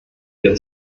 wir